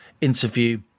interview